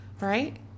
right